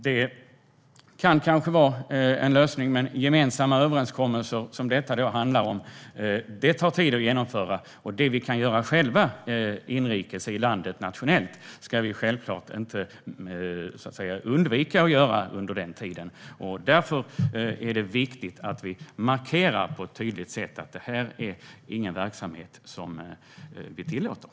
Det kan vara en lösning, men gemensamma överenskommelser som det handlar om här tar tid att genomföra. Det vi kan göra själva inrikes, nationellt, ska vi självklart inte undvika att göra under den tiden. Därför är det viktigt att vi tydligt markerar att det här inte är en verksamhet som vi tillåter.